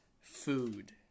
food